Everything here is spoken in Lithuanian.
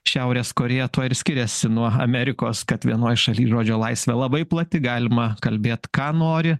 šiaurės korėja tuo ir skiriasi nuo amerikos kad vienoj šaly žodžio laisvė labai plati galima kalbėt ką nori